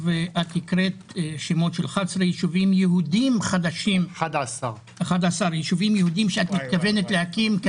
את קראת שמות של 11 יישובים יהודיים חדשים שעומדים לקום.